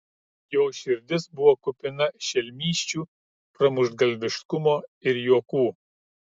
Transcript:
jo širdis buvo kupina šelmysčių pramuštgalviškumo ir juokų